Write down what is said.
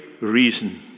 reason